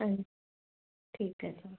ਹਾਂਜੀ ਠੀਕ ਹੈ ਜੀ